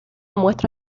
muestra